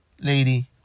lady